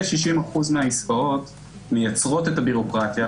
כ-60% מהעסקאות מייצרות את הביורוקרטיה,